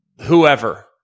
whoever